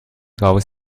raus